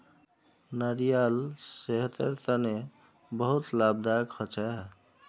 नारियाल सेहतेर तने बहुत लाभदायक होछे